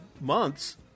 months